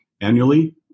annually